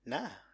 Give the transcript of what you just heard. Nah